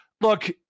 Look